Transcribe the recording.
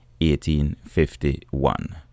1851